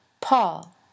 Paul